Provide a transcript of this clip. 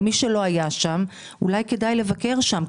ומי שלא היה שם אולי כדאי שיבקר שם.